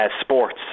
sports